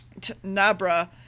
Nabra